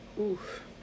Oof